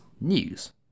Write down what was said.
news